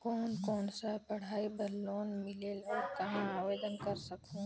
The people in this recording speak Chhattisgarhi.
कोन कोन सा पढ़ाई बर लोन मिलेल और कहाँ आवेदन कर सकहुं?